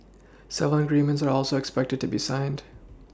several agreements are also expected to be signed